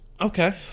okay